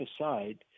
aside